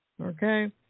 okay